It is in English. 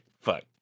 fuck